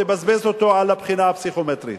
בזבז אותו על הבחינה הפסיכומטרית.